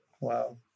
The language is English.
wow